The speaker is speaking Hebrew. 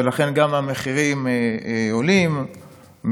ולכן גם המחירים עולים,